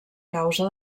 causa